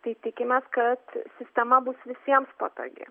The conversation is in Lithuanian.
tai tikimės kad sistema bus visiems patogi